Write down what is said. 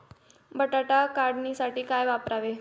बटाटा काढणीसाठी काय वापरावे?